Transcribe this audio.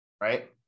right